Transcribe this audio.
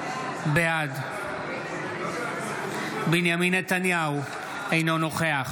בעד בנימין נתניהו, אינו נוכח